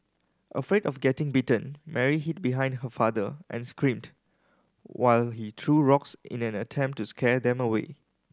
afraid of getting bitten Mary hid behind her father and screamed while he threw rocks in an attempt to scare them away